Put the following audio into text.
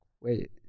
wait